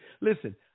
Listen